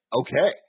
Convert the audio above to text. okay